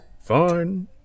Fine